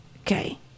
okay